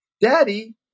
Daddy